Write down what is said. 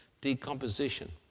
decomposition